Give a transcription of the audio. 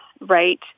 right